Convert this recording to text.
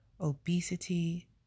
obesity